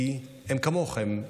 כי הם כמוך, הם יהודים,